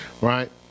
Right